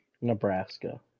Nebraska